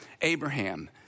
Abraham